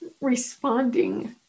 responding